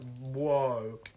whoa